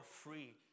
free